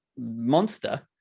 monster